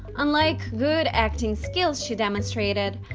unlike good acting skills she demonstrated,